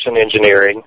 engineering